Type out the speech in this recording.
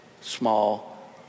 small